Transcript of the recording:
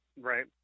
right